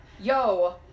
yo